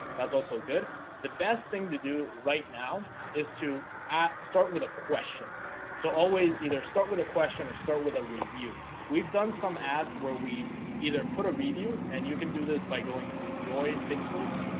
that's also good the best thing to do right now is to at start with a question so always either start with a question or start with a review we've done some ads where we either put a review and you can do this by going to joy pixels?